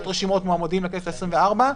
רשימות מועמדים לכנסת העשרים-וארבע,